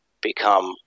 become